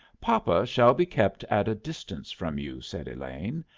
papa shall be kept at a distance from you, said elaine,